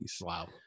Wow